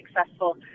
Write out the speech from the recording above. successful